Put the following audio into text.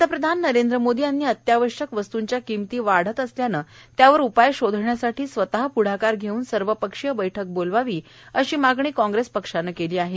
पंतप्रधान नरेंद्र मोदी यांनी अत्यावश्यक वस्तंच्या किंमती वाढत असल्यानं त्यावर उपाय शोधण्यासाठी स्वतः पृढाकार घेऊन सर्वपक्षीय बैठक बोलवावी अशी मागणी काँग्रेस पक्षानं केली आहे